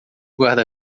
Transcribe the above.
guarda